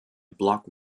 block